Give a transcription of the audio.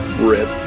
rip